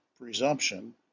presumption